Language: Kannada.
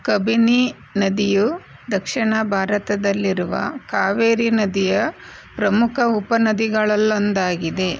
ಕಬಿನಿ ನದಿಯು ದಕ್ಷಿಣ ಭಾರತದಲ್ಲಿರುವ ಕಾವೇರಿ ನದಿಯ ಪ್ರಮುಖ ಉಪನದಿಗಳಲ್ಲೊಂದಾಗಿದೆ